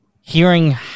hearing